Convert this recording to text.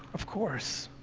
of course.